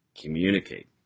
communicate